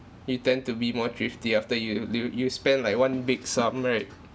you tend to be more thrifty after you you you spend like one big sum right